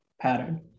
pattern